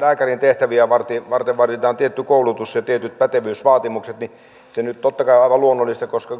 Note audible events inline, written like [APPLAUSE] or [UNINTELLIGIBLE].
lääkärin tehtäviä varten varten vaaditaan tietty koulutus ja tietyt pätevyysvaatimukset että se nyt totta kai on aivan luonnollista koska [UNINTELLIGIBLE]